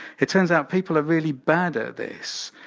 it turns out people are really bad at this.